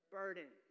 burden